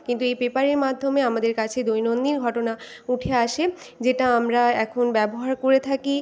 কিন্তু এই পেপারের মাধ্যমে আমাদের কাছে দৈনন্দিন ঘটনা উঠে আসে যেটা আমরা এখন ব্যবহার করে থাকি